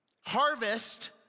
harvest